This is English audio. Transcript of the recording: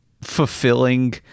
fulfilling